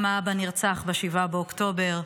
האבא נרצח ב-7 באוקטובר,